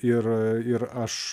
ir ir aš